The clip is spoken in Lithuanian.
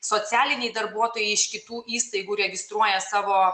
socialiniai darbuotojai iš kitų įstaigų registruoja savo